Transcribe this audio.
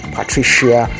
Patricia